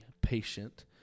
patient